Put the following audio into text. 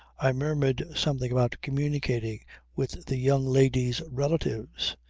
i murmured something about communicating with the young lady's relatives.